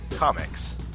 Comics